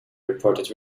reported